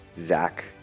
Zach